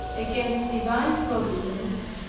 against divine providence,